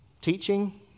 teaching